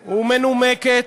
יסודית ומנומקת,